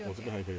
我这边还可以 eh